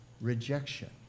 rejection